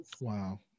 Wow